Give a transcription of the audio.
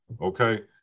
okay